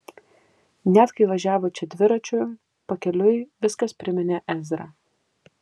net kai važiavo čia dviračiu pakeliui viskas priminė ezrą